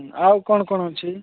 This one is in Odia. ଆଉ କ'ଣ କ'ଣ ଅଛି